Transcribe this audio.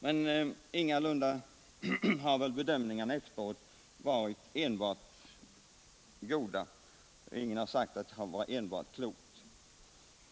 Men omdömena efteråt har ingalunda varit enbart positiva.